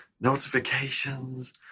Notifications